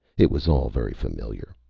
it was all very familiar.